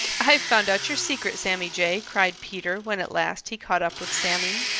i've found out your secret, sammy jay! cried peter when at last he caught up with sammy.